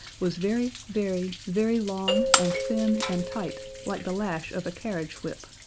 was very, very, very long and thin and tight, like the lash of a carriage whip.